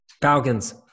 Falcons